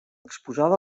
exposada